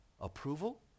approval